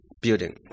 building